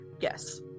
Yes